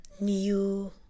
new